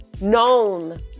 known